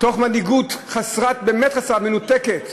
עם מנהיגות באמת חסרת, מנותקת,